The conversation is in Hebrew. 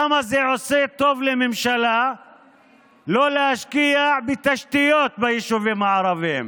למה זה עושה טוב לממשלה לא להשקיע בתשתיות ביישובים הערביים?